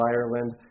Ireland